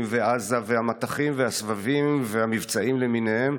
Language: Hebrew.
ועזה והמטחים והסבבים והמבצעים למיניהם,